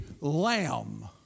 Lamb